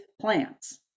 plants